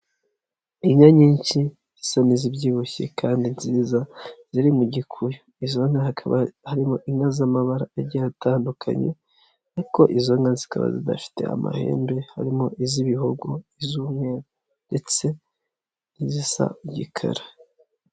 Inka nyinshi zisa n'izibyibushye kandi nziza ziri mu gikuyu. Izo nka hakaba harimo inka z'amabara agiye atandukanye ariko izo nka zikaba zidafite amahembe harimo iz'ibihogo iz'umweru ndetse n'izisa igikara.